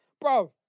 Bro